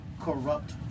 corrupt